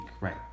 right